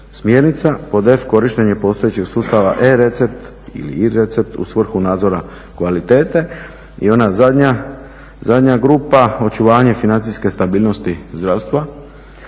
smjernica. Pod f) korištenje postojećeg sustava e-recept ili i-recept u svrhu nadzora kvalitete. I ona zadnja grupa očuvanje financije stabilnosti zdravstva.